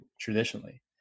traditionally